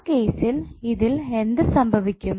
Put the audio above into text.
ആ കേസിൽ ഇതിൽ എന്ത് സംഭവിക്കും